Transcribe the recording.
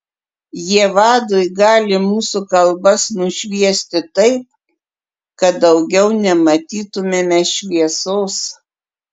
jie vadui gali mūsų kalbas nušviesti taip kad daugiau nematytumėme šviesos